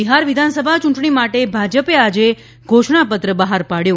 બિહાર વિધાનસભા ચૂંટણી માટે ભાજપે આજે ઘોષણા પત્ર બહાર પાડ્યો